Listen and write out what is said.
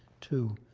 to